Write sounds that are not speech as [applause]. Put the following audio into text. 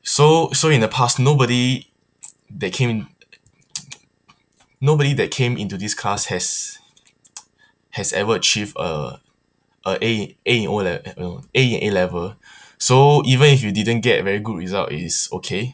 so so in the past nobody that came in [noise] nobody that came into this class has [noise] has ever achieved a A a A in o le~ eh no A in A level [breath] so even if you didn't get a good result is okay